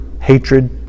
hatred